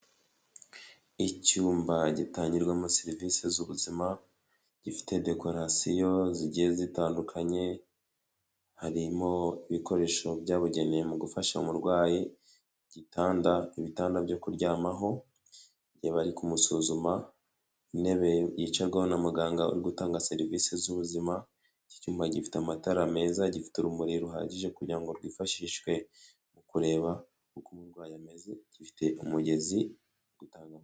Icyumba gitangirwamo serivisi z'ubuzima, gifite dekorarasiyo zigiye zitandukanye, harimo ibikoresho byabugenewe mu gufasha umurwayi, igitanda ibitanda byo kuryamaho igihe bari ari kumusuzuma, intebe yicarwaho na muganga uri gutanga serivisi z'ubuzima. Iki cyumba gifite amatara meza, gifite urumuri ruhagije kugira ngo rwifashishwe mu kureba uko umurwayi ameze, gifite umugezi gutanga.